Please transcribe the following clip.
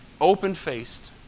Open-faced